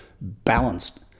balanced